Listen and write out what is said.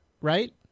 right